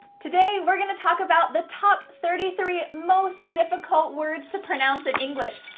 today, we're gonna talk about the top thirty three most difficult words to pronounce in english.